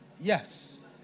yes